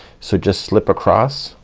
so just slip across,